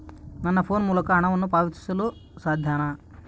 ನನ್ನ ಫೋನ್ ಮೂಲಕ ಹಣವನ್ನು ಪಾವತಿಸಲು ಸಾಧ್ಯನಾ?